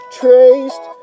traced